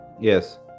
Yes